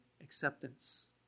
acceptance